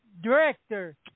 director